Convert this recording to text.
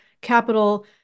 capital